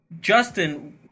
justin